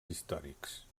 històrics